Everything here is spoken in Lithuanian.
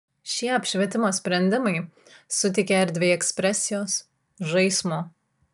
šie apšvietimo sprendimai suteikia erdvei ekspresijos žaismo